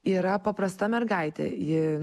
yra paprasta mergaitė ji